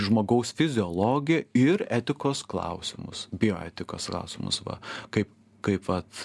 žmogaus fiziologiją ir etikos klausimus bioetikos klausimus va kaip kaip vat